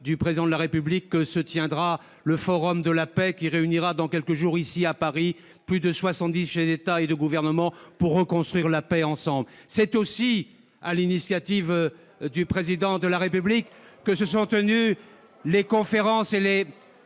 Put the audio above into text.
du Président de la République que se tiendra le forum de la Paix, lequel réunira dans quelques jours à Paris plus de 70 chefs d'État et de gouvernement pour reconstruire la paix ensemble. C'est enfin sur l'initiative du Président de la République que se sont tenues les conférences et les